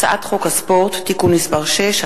הצעת חוק הספורט (תיקון מס' 6),